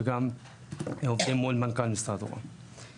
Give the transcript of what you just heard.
וגם עובדים מול מנכ"ל משרד רוה"מ.